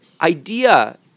idea